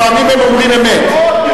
לפעמים הם אומרים אמת.